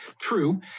true